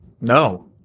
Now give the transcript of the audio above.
No